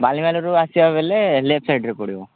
ବାଲିମେଳାରୁ ଆସିବା ବେଲେ ଲେଫ୍ଟ ସାଇଡ଼୍ରେ ପଡ଼ିବ